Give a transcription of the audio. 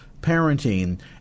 parenting